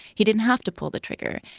he didn't have to pull the trigger.